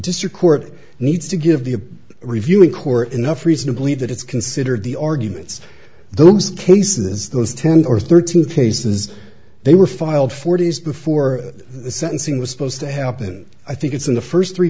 district court needs to give the reviewing court enough reason to believe that it's consider the arguments those cases those ten or thirty three says they were filed four days before the sentencing was supposed to have i think it's in the first three